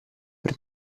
per